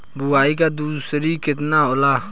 बुआई के दूरी केतना होला?